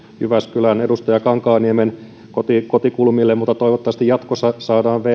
jyväskylään edustaja kankaanniemen kotikulmille mutta toivottavasti jatkossa saadaan vt